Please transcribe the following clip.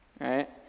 right